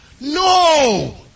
No